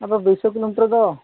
ᱟᱫᱚ ᱫᱩᱭ ᱥᱚ ᱠᱤᱞᱳᱢᱤᱴᱟᱨ ᱫᱚ